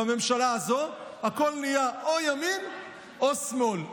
בממשלה הזו הכול נהיה או ימין או שמאל,